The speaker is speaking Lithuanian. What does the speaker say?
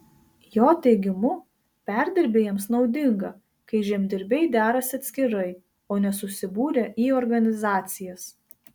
jo teigimu perdirbėjams naudinga kai žemdirbiai derasi atskirai o ne susibūrę į organizacijas